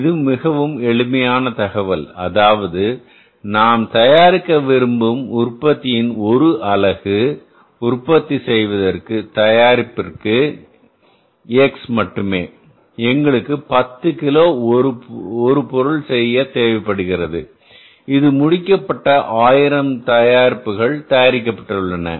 எனவே இது மிகவும் எளிமையான தகவல் அதாவது நாம் தயாரிக்க விரும்பும் உற்பத்தியின் 1 அலகு உற்பத்தி செய்வதற்கான தயாரிப்பு x மட்டுமே எங்களுக்கு 10 கிலோ ஒரு பொருள் தேவைப்படுகிறது இது முடிக்கப்பட்ட 1000 தயாரிப்புகள் தயாரிக்கப்பட்டுள்ளன